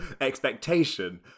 expectation